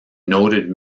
noted